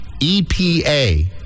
EPA